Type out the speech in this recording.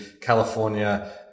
California